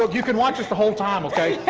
like you can watch this the whole time, okay?